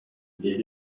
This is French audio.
les